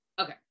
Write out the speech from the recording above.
Okay